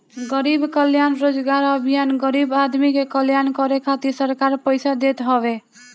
गरीब कल्याण रोजगार अभियान गरीब आदमी के कल्याण करे खातिर सरकार पईसा देत हवे